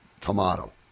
tomato